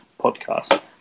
podcast